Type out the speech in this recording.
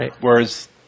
whereas